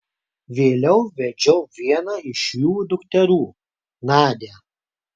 vėliau vedžiau vieną iš jų dukterų nadią